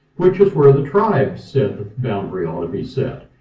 which is where the tribe said the boundary ought to be set.